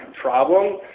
problem